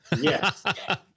Yes